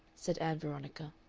said ann veronica.